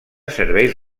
serveis